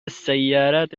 السيارات